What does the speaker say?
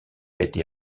été